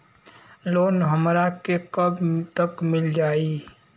Loan हमरा के कब तक मिल जाई?